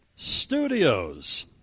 Studios